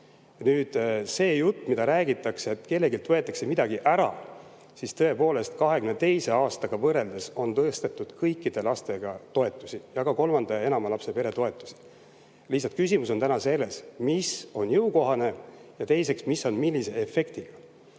see jutt, mida räägitakse, et kelleltki võetakse midagi ära, siis 2022. aastaga võrreldes on tõstetud kõikide laste toetusi, ka kolmanda ja enama lapse toetust. Lihtsalt küsimus on selles, mis on jõukohane, ja teiseks, mis on millise efektiga.